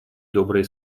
добрые